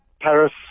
Paris